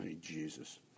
Jesus